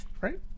Right